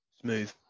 smooth